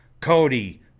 Cody